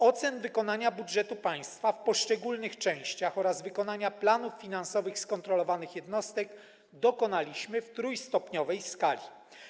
Ocen wykonania budżetu państwa w poszczególnych częściach oraz wykonania planów finansowych skontrolowanych jednostek dokonaliśmy w trójstopniowej skali.